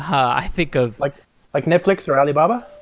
i think of like like netflix, or alibaba?